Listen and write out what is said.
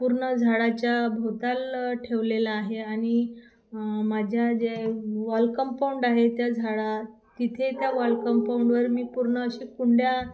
पूर्ण झाडाच्या भोवताली ठेवलेलं आहे आणि माझ्या जे वॉल कंपाऊंड आहे त्या झाडा तिथे त्या वॉल कंपाऊंडवर मी पूर्ण असे कुंड्या